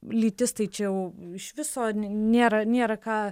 lytis tai čia jau iš viso nėra nėra ką